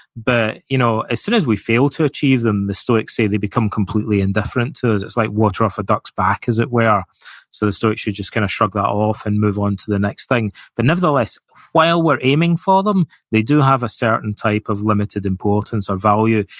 you know as soon as we fail to achieve them, the stoics say they become completely indifferent to us. it's like water off a duck's back, as it were, so the stoics should just kind of shrug that off and move on to the next thing but nevertheless, while we're aiming for them, they do have a certain type of limited importance or value,